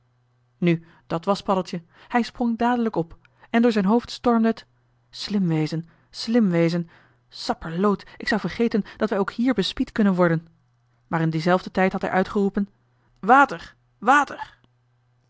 nu dat was paddeltje hij sprong dadelijk op en door zijn hoofd stormde het slim wezen slim wezen sapperloot ik zou vergeten dat wij ook hier bespied kunnen worden maar in dienzelfden tijd had hij uitgeroepen water water